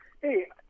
Hey